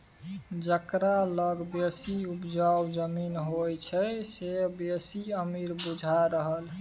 जकरा लग बेसी उपजाउ जमीन होइ छै से बेसी अमीर बुझा रहल